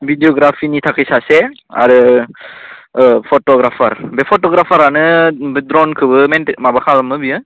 भिडिय'ग्राफिनि थाखाय सासे आरो फट'ग्राफार बे फट'ग्राफारानो बे ड्र'नखौबो मेन्टेन माबा खालामो बियो